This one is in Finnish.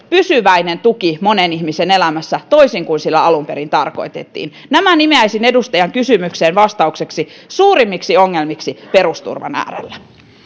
pysyväinen tuki monen ihmisen elämässä toisin kuin sillä alun perin tarkoitettiin nämä nimeäisin edustajan kysymykseen vastaukseksi suurimmiksi ongelmiksi perusturvan äärellä